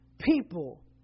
people